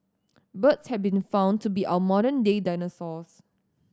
birds have been found to be our modern day dinosaurs